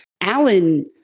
Alan